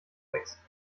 wächst